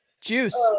juice